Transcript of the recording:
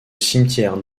cimetière